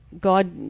God